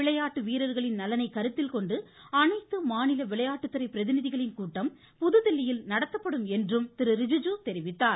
விளையாட்டு வீரர்களின் நலனை கருத்தில் கொண்டு அனைத்து மாநில விளையாட்டு துறை பிரதிநிதிகளின் கூட்டம் புதுதில்லியில் நடத்தப்படும் என்றும் திரு ரிஜுஜு கூறினார்